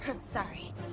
Sorry